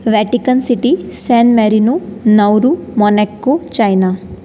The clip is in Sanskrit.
Vatican City San Marino Nauru Monaco China